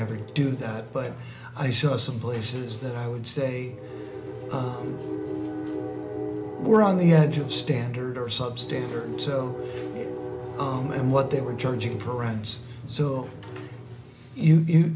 ever do that but i saw some places that i would say were on the edge of standard or sub standard so you owe me and what they were charging for runs so you cou